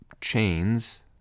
chains